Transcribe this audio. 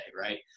right